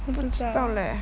不知道